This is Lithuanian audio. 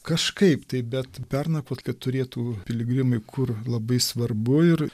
kažkaip tai bet pernakvot kad turėtų piligrimai kur labai svarbu ir